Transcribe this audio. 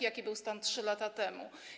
Jaki był stan 3 lata temu?